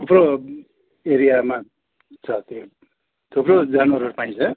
थुप्रो एरियामा छ त्यो थुप्रो जनावरहरू पाइन्छ